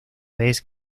vez